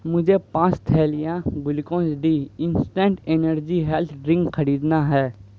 مجھے پانچ تھیلیاں Glucon D instant energy health drink خریدنا ہے